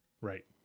Right